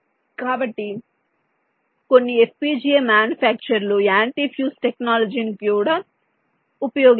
కాబట్టి కొన్ని FPGA మ్యానుఫ్యాక్చర్లు యాంటీ ఫ్యూజ్ టెక్నాలజీని కూడా ఉపయోగిస్తున్నారు